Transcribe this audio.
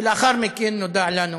ולאחר מכן נודע לנו